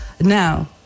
now